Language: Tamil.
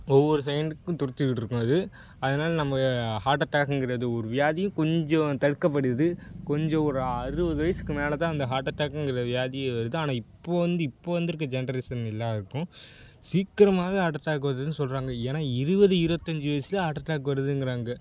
ஒவ்வொரு செகண்டுக்கும் துடிச்சிக்கிட்டுருக்கும் அது அதனால நம்ம ஹார்ட் அட்டாக்குங்கறது ஒரு வியாதியும் கொஞ்சம் தடுக்கப்படுது கொஞ்சம் ஒரு அறுபது வயசுக்கு மேலேதான் அந்த ஹார்ட் அட்டாக்குங்கற வியாதியே வருது ஆனால் இப்போது வந்து இப்போது வந்திருக்க ஜென்ரேஷன் எல்லாருக்கும் சீக்கிரமாகவே ஹார்ட் அட்டாக் வருதுன்னு சொல்கிறாங்க ஏன்னா இருபது இருபத்தஞ்சி வயதிலே ஹார்ட் அட்டாக் வருதுங்குறாங்க